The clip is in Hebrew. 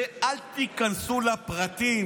אל תיכנסו לפרטים.